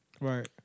Right